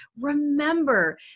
Remember